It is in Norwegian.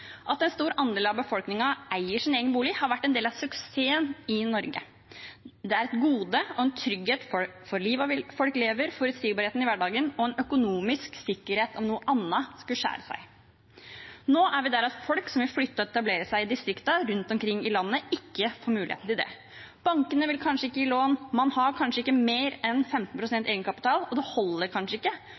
At en stor andel av befolkningen eier sin egen bolig, har vært en del av suksessen i Norge. Det er et gode og en trygghet for livet folk lever, forutsigbarheten i hverdagen og en økonomisk sikkerhet om noe annet skulle skjære seg. Nå er vi der at folk som vil flytte og etablere seg i distriktene rundt omkring i landet, ikke får muligheten til det. Bankene vil kanskje ikke gi lån. Man har kanskje ikke mer enn 15 pst. egenkapital, og det holder kanskje ikke